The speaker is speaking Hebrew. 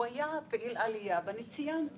הוא היה פעיל עלייה ואני ציינתי